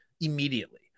immediately